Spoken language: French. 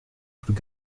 plus